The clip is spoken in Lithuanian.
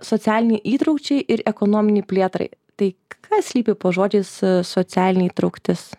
socialinei įtraukčiai ir ekonominei plėtrai tai kas slypi po žodžiais socialinė įtrauktis